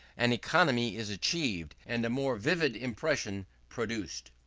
an economy is achieved, and a more vivid impression produced.